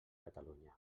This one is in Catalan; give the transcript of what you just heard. catalunya